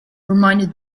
reminded